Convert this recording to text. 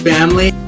Family